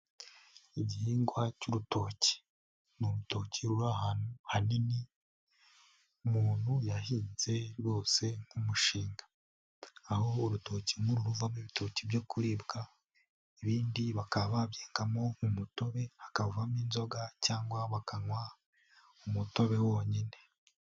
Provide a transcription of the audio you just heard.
Igihingwa cy'urutoki. Ni urutoki ruri ahantu hanini, umuntu yahinze rwose nk'umushinga. Aho urutoki nk'uru ruvamo ibitoki byo kuribwa, ibindi bakaba babyengamo umutobe, hakavamo inzoga cyangwa bakanywa umutobe wonyine.